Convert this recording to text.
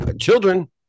children